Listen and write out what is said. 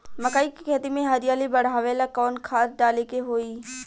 मकई के खेती में हरियाली बढ़ावेला कवन खाद डाले के होई?